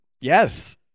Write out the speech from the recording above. Yes